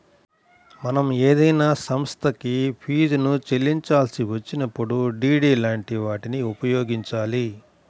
మనం ఏదైనా సంస్థకి ఫీజుని చెల్లించాల్సి వచ్చినప్పుడు డి.డి లాంటి వాటిని ఉపయోగించాలి